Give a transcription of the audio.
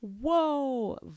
whoa